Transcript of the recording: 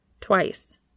twice